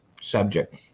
subject